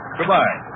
Goodbye